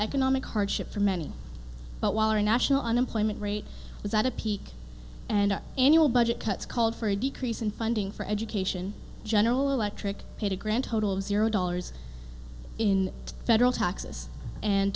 economic hardship for many but while our national unemployment rate was at a peak and annual budget cuts called for a decrease in funding for education general electric paid a grand total of zero dollars in federal taxes and